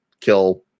kill